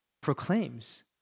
proclaims